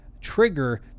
trigger